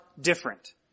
different